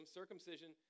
circumcision